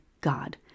God